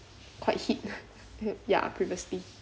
quite hit ya previously